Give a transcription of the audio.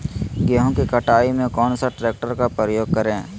गेंहू की कटाई में कौन सा ट्रैक्टर का प्रयोग करें?